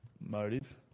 motive